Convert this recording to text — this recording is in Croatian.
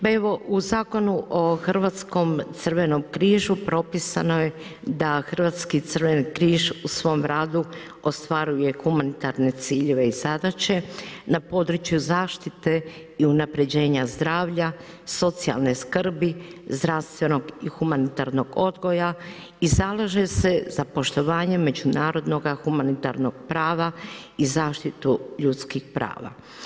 Pa evo u Zakonu o Hrvatskom crvenom križu propisano je da Hrvatski crveni križ u svom radu ostvaruje humanitarne ciljeve i zadaće na području zaštite i unapređenja zdravlja, socijalne skrbi, zdravstvenog i humanitarnog odgoja i zalaže se za poštovanje međunarodnoga humanitarnog prava i zaštitu ljudskih prava.